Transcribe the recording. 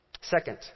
Second